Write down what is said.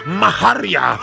maharia